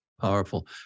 Powerful